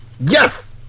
Yes